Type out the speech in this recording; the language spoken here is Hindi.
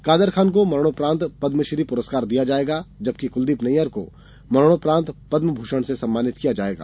कादर खान को मरणोपरांत पद्मश्री पुरस्कार दिया जाएगा जबकि कुलदीप नय्यर को मरणोपरांत पद्मभूषण से सम्मानित किया जाएगा